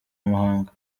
muhanga